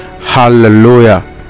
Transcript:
hallelujah